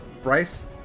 Bryce